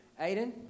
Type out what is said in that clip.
Aiden